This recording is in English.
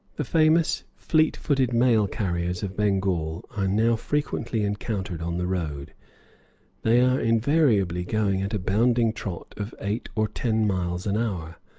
the famous fleet-footed mail-carriers of bengal are now frequently encountered on the road they are invariably going at a bounding trot of eight or ten miles an hour.